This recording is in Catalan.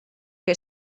que